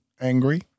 angry